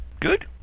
Good